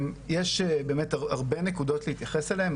יש באמת הרבה מאוד נקודות להתייחס אליהן,